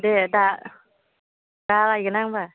दे दा दा लाइगोन आं होनबा